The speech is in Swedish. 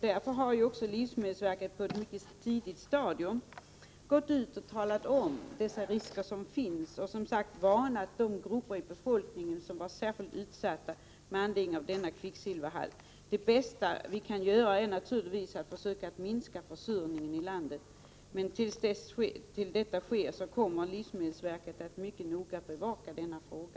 Därför har också livsmedelsverket på ett mycket tidigt stadium gått ut och talat om vilka risker som finns. Man har som sagt varnat de grupper i befolkningen som är särskilt utsatta med anledning av denna förhöjda kvicksilverhalt. Det bästa vi kan göra är naturligtvis att försöka minska försurningen i landet, men tills detta sker kommer livsmedelsverket att mycket noga bevaka denna fråga.